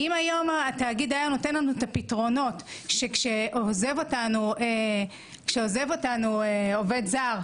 אם היום התאגיד היה נותן לנו את הפתרונות כשעוזב אותנו עובד זר,